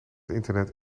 internet